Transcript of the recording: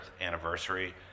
anniversary